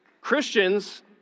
Christians